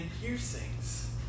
piercings